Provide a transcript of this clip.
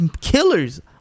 killers